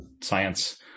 science